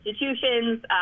institutions